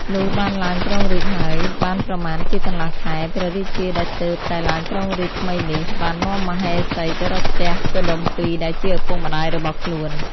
លុះបានឡើងគ្រងរាជ្យហើយ បានប្រមាណជាកន្លះខែ ព្រះរាជាដែលទើបតែឡើងគ្រងរាជ្យថ្មីនេះ បាននាំមហេសីទៅរកផ្ទះកុដុម្ពីដែលជាឪពុកម្ដាយរបស់ខ្លួន។